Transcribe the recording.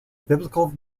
biblical